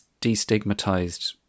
destigmatized